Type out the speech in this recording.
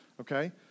okay